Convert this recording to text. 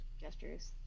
gestures